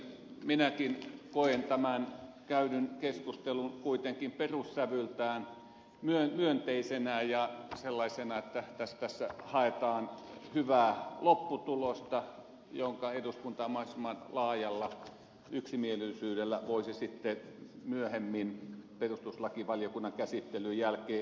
minäkin koen tämän käydyn keskustelun kuitenkin perussävyltään myönteisenä ja sellaisena että tässä haetaan hyvää lopputulosta jonka eduskunta mahdollisimman laajalla yksimielisyydellä voisi sitten myöhemmin perustuslakivaliokunnan käsittelyn jälkeen hyväksyä